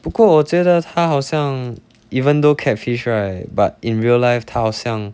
不过我觉得她好像 even though catfish right but in real life 她好像